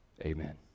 Amen